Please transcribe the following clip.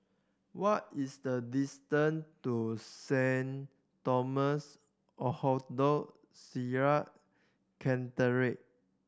what is the distance to Saint Thomas Orthodox Syrian Cathedral